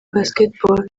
basketball